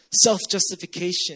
self-justification